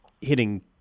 hitting